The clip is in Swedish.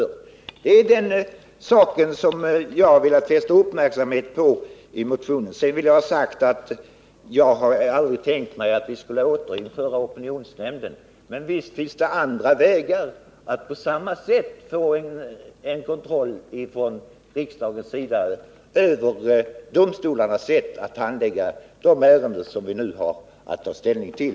Det är det förhållandet som jag i motionen velat fästa uppmärksamheten på. Jag vill vidare säga att jag aldrig har tänkt mig att vi skulle återinföra opinionsnämnden. Men det finns andra vägar för riksdagen att få till stånd en kontroll över domstolarnas sätt att handlägga de ärenden som vi nu har att ta ställning till.